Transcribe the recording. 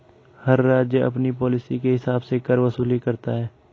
हर राज्य अपनी पॉलिसी के हिसाब से कर वसूली करता है